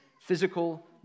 physical